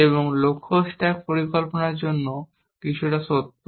এবং লক্ষ্য স্ট্যাক পরিকল্পনার জন্য কিছুটা সত্য